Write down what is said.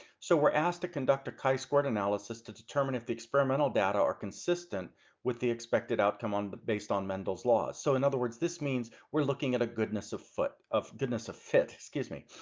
so we're asked to conduct a chi-squared analysis to determine if the experimental data are consistent with the expected outcome on but based on mendel's laws. so in other words this means we're looking at a goodness of foot of goodness of fit excuse me.